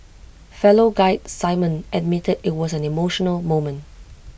fellow guide simon admitted IT was an emotional moment